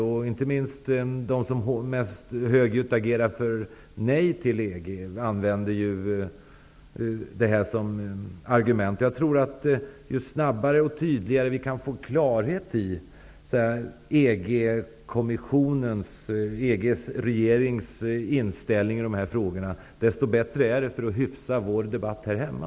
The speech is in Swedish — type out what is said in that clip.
Inte minst använder de som mest högljutt agerar för nej till EG det här som ett argument. Jag tror att ju snabbare och tydligare vi kan få klarhet i EG-ländernas regeringars inställning i dessa frågor, desto bättre är det när det gäller att hyfsa vår debatt här hemma.